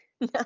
no